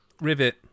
Rivet